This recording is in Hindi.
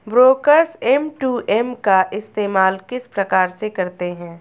ब्रोकर्स एम.टू.एम का इस्तेमाल किस प्रकार से करते हैं?